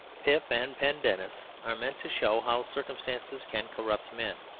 pip and pendennis are meant to show how circumstances can corrupt men.